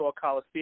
Coliseum